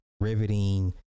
riveting